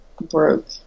broke